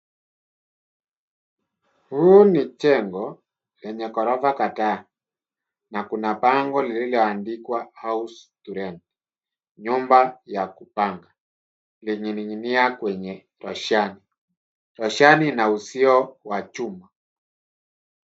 Huu ni jengo yenye ghorofa kadhaa na kuna bango lililoandikwa house to rent , nyumba ya kupanga imening'inia kwenye roshani na uzio wa chuma.